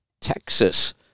Texas